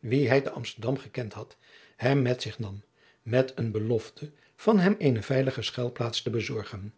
wien hij te amsterdam gekend had hem met zich nam met belofte van hem eene veilige schuilplaats te bezorgen